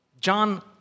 John